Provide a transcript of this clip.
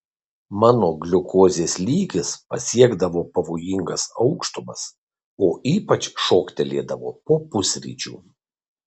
mano gliukozės lygis pasiekdavo pavojingas aukštumas o ypač šoktelėdavo po pusryčių